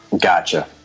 Gotcha